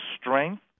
strength